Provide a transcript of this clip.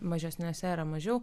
mažesniuose yra mažiau